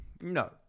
No